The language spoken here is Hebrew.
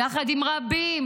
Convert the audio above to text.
יחד עם רבים,